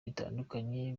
bitandukanye